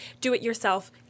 do-it-yourself